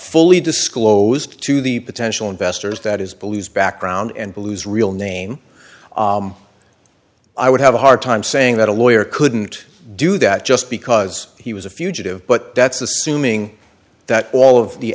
fully disclosed to the potential investors that is believed background and blues real name i would have a hard time saying that a lawyer couldn't do that just because he was a fugitive but that's assuming that all of the